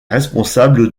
responsable